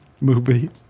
movie